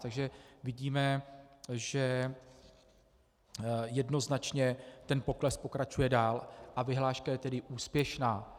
Takže vidíme, že jednoznačně ten pokles pokračuje dál a vyhláška je tedy úspěšná.